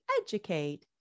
educate